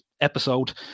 episode